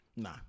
Nah